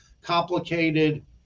complicated